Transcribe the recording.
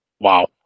Wow